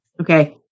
okay